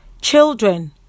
Children